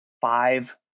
five